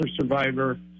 survivor